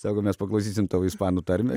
sako mes paklausysim tavo ispanų tarmę